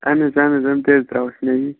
اَہَن حظ اَہَن حظ یِم تہِ حظ ترٛاوہوس نَیی